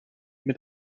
mit